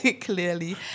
clearly